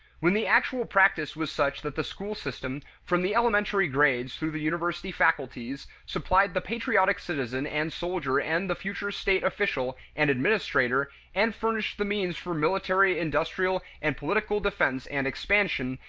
when the actual practice was such that the school system, from the elementary grades through the university faculties, supplied the patriotic citizen and soldier and the future state official and administrator and furnished the means for military, industrial, and political defense and expansion,